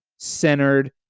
centered